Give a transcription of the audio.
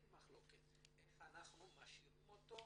אנחנו רוצים לראות איך אנחנו משאירים אותו.